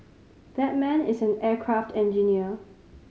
that man is an aircraft engineer